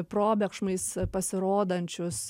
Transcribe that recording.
probėgšmais pasirodančius